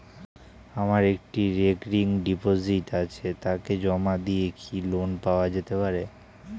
আমার একটি recurring deposit আছে তাকে জমা দিয়ে কি লোন পাওয়া যেতে পারে?